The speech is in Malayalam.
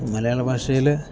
മലയാള ഭാഷയിൽ